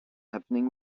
happening